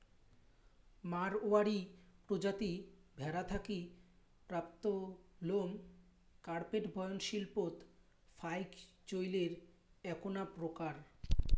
মাড়ওয়ারী প্রজাতি ভ্যাড়া থাকি প্রাপ্ত লোম কার্পেট বয়ন শিল্পত ফাইক চইলের এ্যাকনা প্রকার